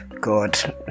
God